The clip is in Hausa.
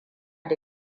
da